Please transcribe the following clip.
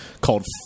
called